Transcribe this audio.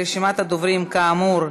רשימת הדוברים, כאמור,